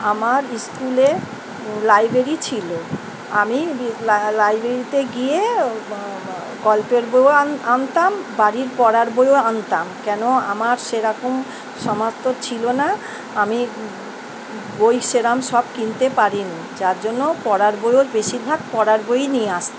আমার স্কুলে লাইব্রেরি ছিলো আমি লাইব্রেরিতে গিয়ে গল্পের বইও আন আনতাম বাড়ির পড়ার বইও আনতাম কেন আমার সেইরকম সামর্থ ছিলো না আমি বই সেইরকম সব কিনতে পারিনি যার জন্য পড়ার বইও বেশিরভাগ পড়ার বইই নিয়ে আসতাম